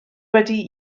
wedi